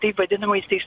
taip vadinamaisiais